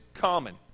common